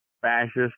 fascist